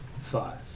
five